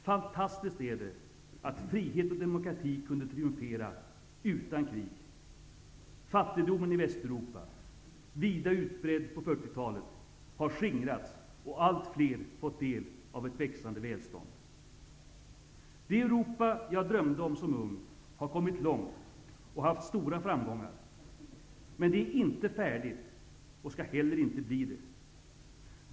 Fantastiskt är det, att frihet och demokrati kunde triumfera utan krig. Fattigdomen i Västeuropa, vida utbredd på 40-talet, har skingrats och allt flera fått del av ett växande välstånd. Det Europa jag drömde om som ung har kommit långt och haft stora framgångar. Men det är inte färdigt, och skall heller inte bli det.